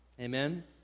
Amen